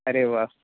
अरे व्वा